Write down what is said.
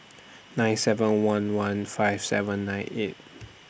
nine seven one one five seven nine eight